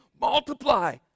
multiply